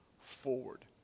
forward